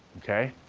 okay?